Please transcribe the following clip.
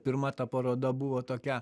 pirma ta paroda buvo tokia